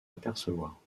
apercevoir